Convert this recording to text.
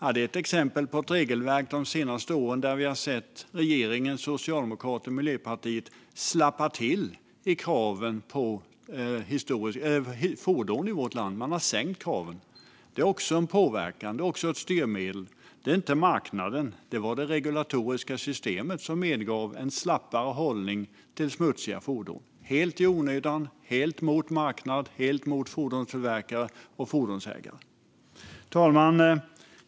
Det är ett exempel på ett regelverk där vi de senaste åren sett regeringen, Socialdemokraterna och Miljöpartiet slappat av kraven på fordon i vårt land. Man har sänkt kraven. Det är också en påverkan och ett styrmedel. Det är inte marknaden. Det var det regulatoriska systemet som medgav en slappare hållning till smutsiga fordon. Det var helt i onödan, helt mot marknaden och helt mot fordonstillverkare och fordonsägare. Fru talman!